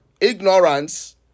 ignorance